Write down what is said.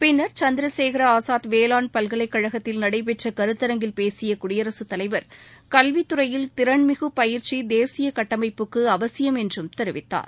பின்னர் சந்திரசேகர ஆசாத் வேளாண் பல்கலைக்கழகத்தில் நடைபெற்ற கருத்தரங்கில் பேசிய குடியரசு தலைவர் கல்வித்துறையில் திறன் மிகு பயிற்சி தேசிய கட்டமைப்புக்கு அவசியம் என்றும் தெரிவித்தார்